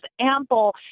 ample